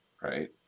right